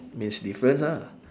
means difference ah